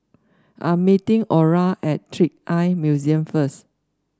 I'm meeting Orra at Trick Eye Museum first